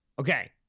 Okay